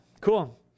cool